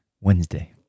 Wednesday